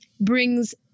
brings